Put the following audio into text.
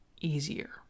easier